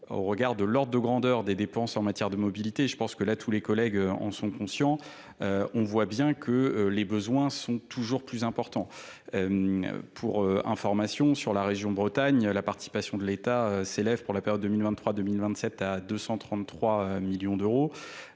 au regard de l'ordre de grandeur des dépenses en matière de mobilité je pense que là tous les collègues en sont conscients on voit bien que les besoins sont toujours plus importants pour information sur la région bretagne la participation de l'état s'élève pour la période deux mille vingt trois